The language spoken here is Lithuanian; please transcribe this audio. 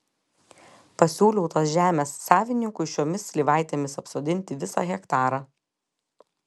pasiūliau tos žemės savininkui šiomis slyvaitėmis apsodinti visą hektarą